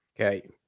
Okay